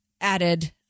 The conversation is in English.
added